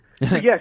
yes